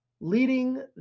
Leading